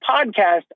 podcast